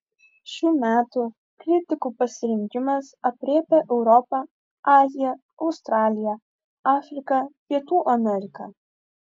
šių metų kritikų pasirinkimas aprėpia europą aziją australiją afriką pietų ameriką